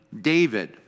David